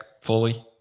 fully